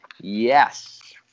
Yes